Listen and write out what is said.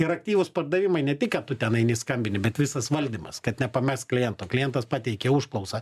ir aktyvūs pardavimai ne tik kad tu ten eini skambini bet visas valdymas kad nepamest kliento klientas pateikė užklausą